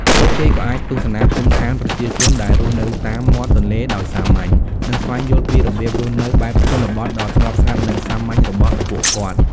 ពួកគេក៏អាចទស្សនាភូមិឋានប្រជាជនដែលរស់នៅតាមមាត់ទន្លេដោយសាមញ្ញ និងស្វែងយល់ពីរបៀបរស់នៅបែបជនបទដ៏ស្ងប់ស្ងាត់និងសាមញ្ញរបស់ពួកគាត់។